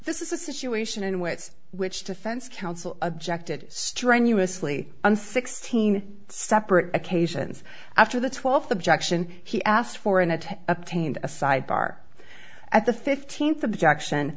this is a situation in which which defense counsel objected strenuously on sixteen separate occasions after the twelfth objection he asked for an attack attained a side bar at the fifteenth objection